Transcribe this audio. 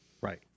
Right